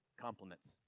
Compliments